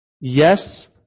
yes